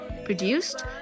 Produced